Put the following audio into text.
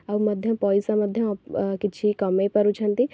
ଆଉ ମଧ୍ୟ ପଇସା ମଧ୍ୟ କିଛି କମେଇ ପାରୁଛନ୍ତି